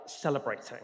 celebrating